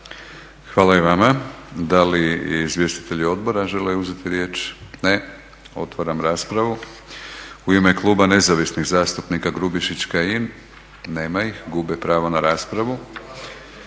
Hvala i vama. Da li i izvjestitelji odbora žele uzeti riječ? Ne. Otvaram raspravu. U ime kluba nezavisnih zastupnika Grubišić, Kajin. Nema ih. Gube pravo na raspravu.